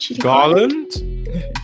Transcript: Garland